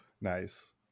Nice